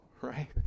right